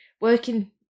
working